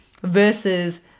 versus